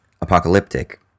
apocalyptic